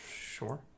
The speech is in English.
Sure